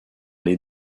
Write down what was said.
les